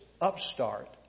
upstart